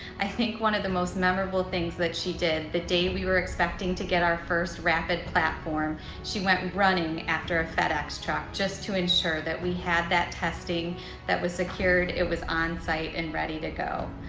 i think one of the most memorable things that she did the day we were expecting to get our first rapid platform she went running after a fedex truck just to ensure that we had that testing that was secured it was on-site and ready to go.